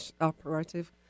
operative